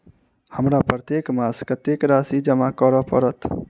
हमरा प्रत्येक मास कत्तेक राशि जमा करऽ पड़त?